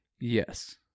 Yes